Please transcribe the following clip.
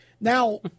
Now